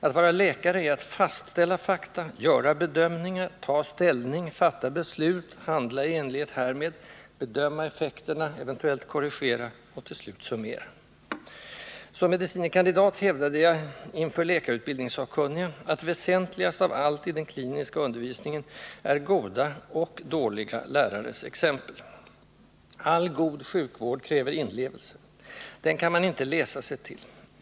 Att vara läkare är att fastställa fakta, göra bedömningar, ta ställning, fatta beslut, handla i enlighet härmed, bedöma effekterna, eventuellt korrigera och till slut summera. Som medicine kandidat hävdade jag inför läkarutbildningssakkunniga att väsentligast av allt i den kliniska undervisningen är goda — och dåliga — lärares exempel. All god sjukvård kräver inlevelse. Den kan man inte läsa sig till.